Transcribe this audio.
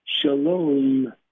Shalom